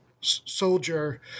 soldier